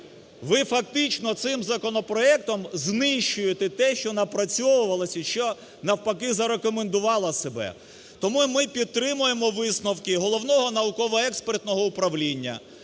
Ви фактично цим законопроектом знищуєте те, що напрацьовувалось і що навпаки зарекомендувало себе. Тому ми підтримуємо висновки Головного науково-експертного управління